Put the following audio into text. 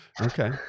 Okay